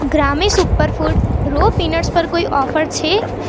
Grammy superfood raw peanuts પર કોઈ offer છે